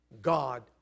God